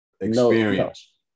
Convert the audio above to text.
experience